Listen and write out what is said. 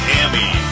Hammy